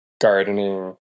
gardening